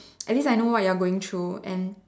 at least I know what you're going through and